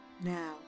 now